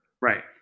Right